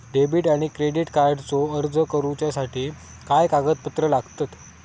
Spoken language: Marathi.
डेबिट आणि क्रेडिट कार्डचो अर्ज करुच्यासाठी काय कागदपत्र लागतत?